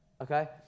Okay